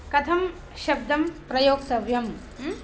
कथं शब्दं प्रयोक्तव्यं